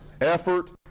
effort